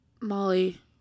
molly